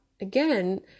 again